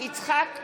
יצחק פינדרוס,